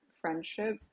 friendship